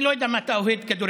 אני לא יודע אם אתה אוהד כדורגל,